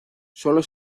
solo